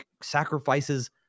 sacrifices